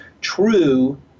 true